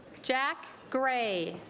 jack gray